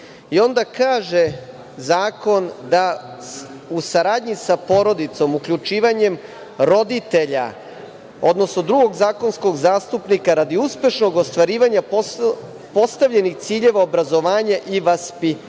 i onda kaže zakon, da u saradnji sa porodicom uključivanjem roditelja, odnosno drugog zakonskog zastupnika radi uspešnog ostvarivanja postavljenih ciljeva obrazovanja i vaspitanja